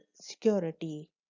security